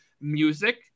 music